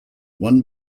one